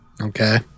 Okay